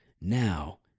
now